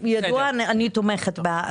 אני תומכת בהארכה.